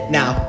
now